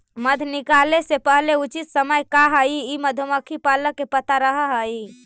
मध निकाले के सबसे उचित समय का हई ई मधुमक्खी पालक के पता रह हई